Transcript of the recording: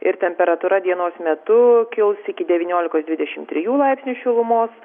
ir temperatūra dienos metu kils iki devyniolikos dvidešim trijų laipsnių šilumos